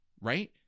Right